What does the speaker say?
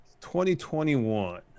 2021